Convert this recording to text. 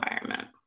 environment